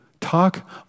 talk